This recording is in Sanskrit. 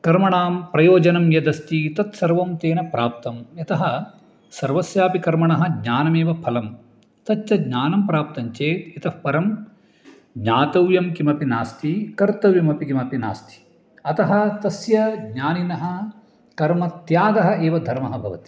कर्मणां प्रयोजनं यद् अस्ति तत्सर्वं तेन प्राप्तं यतः सर्वस्यापि कर्मणः ज्ञानमेव फलं तत् च ज्ञानं प्राप्तञ्चेत् इतःपरं ज्ञातव्यं किमपि नास्ति कर्तव्यमपि किमपि नास्ति अतः तस्य ज्ञानिनः कर्मत्यागः एव धर्मः भवति